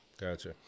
Gotcha